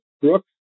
Brooks